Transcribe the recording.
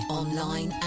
online